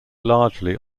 largely